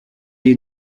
est